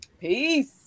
peace